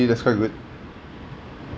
that's quite good